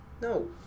No